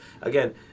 again